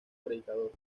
predicador